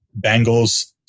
Bengals